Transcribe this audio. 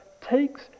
takes